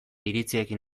iritziekin